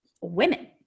women